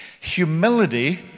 humility